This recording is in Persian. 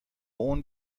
اون